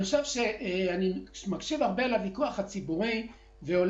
אני מקשיב הרבה לוויכוח הציבורי ואני